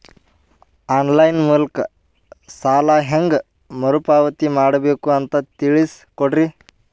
On line ಮೂಲಕ ಸಾಲ ಹೇಂಗ ಮರುಪಾವತಿ ಮಾಡಬೇಕು ಅಂತ ತಿಳಿಸ ಕೊಡರಿ?